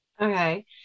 Okay